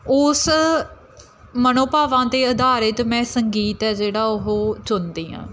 ਉਸ ਮਨੋਭਾਵਾਂ 'ਤੇ ਅਧਾਰਿਤ ਮੈਂ ਸੰਗੀਤ ਹੈ ਜਿਹੜਾ ਉਹ ਚੁਣਦੀ ਹਾਂ